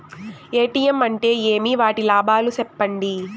ATM అంటే ఏమి? వాటి లాభాలు సెప్పండి